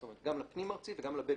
זאת אומרת גם לפנים-ארצי וגם לבין-לאומי.